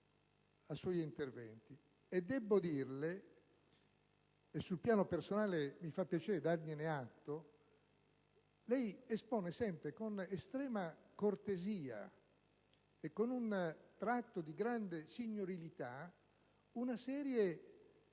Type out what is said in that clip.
a suoi interventi, e debbo riconoscere - e sul piano personale mi fa piacere dargliene atto - che lei espone sempre con estrema cortesia e con un tratto di grande signorilità una serie di